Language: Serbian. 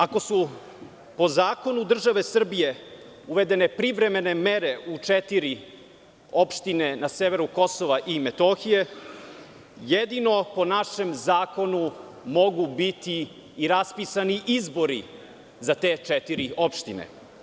Ako su po zakonu države Srbije uvedene privremene mere u četiri opštine na severu Kosova i Metohije, jedino po našem zakonu mogu biti i raspisani izbori za te četiri opštine.